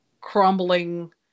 crumbling